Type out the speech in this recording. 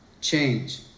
change